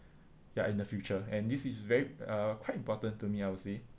ya in the future and this is very uh quite important to me I would say